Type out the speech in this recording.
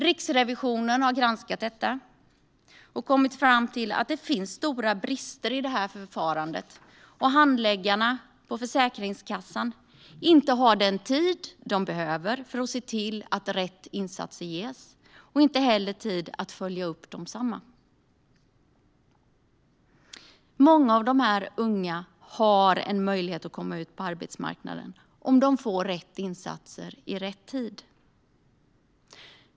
Riksrevisionen har granskat detta och kommit fram till att det finns stora brister i förfarandet och att handläggarna på Försäkringskassan inte har den tid de behöver för att se till att rätt insatser görs och heller inte tid att följa upp desamma. Många av dessa unga har en möjlighet att komma ut på arbetsmarknaden om de får rätt insatser i rätt tid.